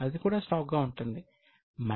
అది కూడా స్టాక్గా ఉంటుంది